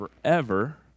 forever